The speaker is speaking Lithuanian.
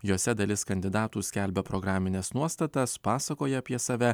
jose dalis kandidatų skelbia programines nuostatas pasakoja apie save